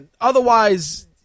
Otherwise